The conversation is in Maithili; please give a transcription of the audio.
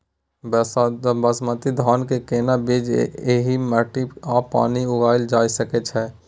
बासमती धान के केना बीज एहि माटी आ पानी मे उगायल जा सकै छै?